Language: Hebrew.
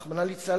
רחמנא ליצלן,